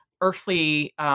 earthly